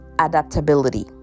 adaptability